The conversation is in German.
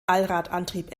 allradantrieb